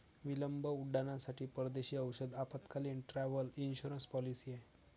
विलंब उड्डाणांसाठी परदेशी औषध आपत्कालीन, ट्रॅव्हल इन्शुरन्स पॉलिसी आहे